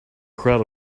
crowd